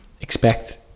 expect